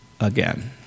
again